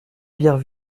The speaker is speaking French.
bière